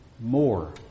more